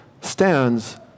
stands